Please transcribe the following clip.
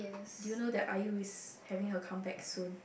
do you know that I_U is having her comeback soon